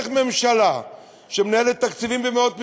איך ממשלה שמנהלת תקציבים במאות מיליארדים,